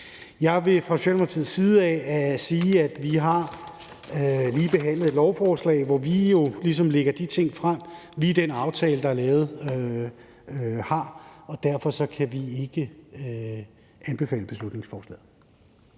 Jeg vil fra Socialdemokratiets side sige, at vi lige har behandlet et lovforslag, hvor vi jo ligesom lægger de ting frem, vi har i den aftale, der er lavet, og derfor kan vi ikke anbefale beslutningsforslaget.